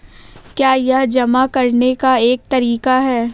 क्या यह जमा करने का एक तरीका है?